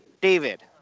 David